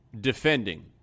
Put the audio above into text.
defending